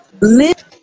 live